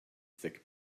thick